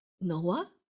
Noah